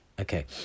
okay